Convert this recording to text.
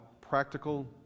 practical